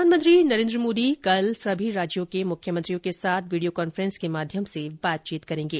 प्रधानमंत्री नरेन्द्र मोदी कल सभी राज्यों के मुख्यमंत्रियों के साथ वीडियो कॉन्फ्रेंस के माध्यम से बातचीत करेंगे